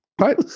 right